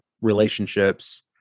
relationships